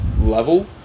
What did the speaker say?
level